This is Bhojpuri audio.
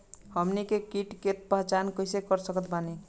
हमनी के कीट के पहचान कइसे कर सकत बानी?